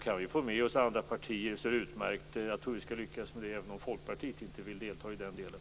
Kan vi få med oss andra partier är det utmärkt. Jag tror att vi skall lyckas med det, även om Folkpartiet inte vill delta i den delen.